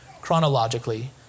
chronologically